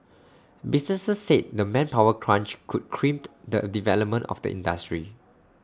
businesses said the manpower crunch could crimp the development of the industry